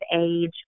age